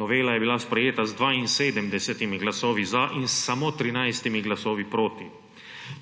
Novela je bila sprejeta z 72 glasovi »za« in samo 13 glasovi »proti«.